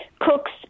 cooks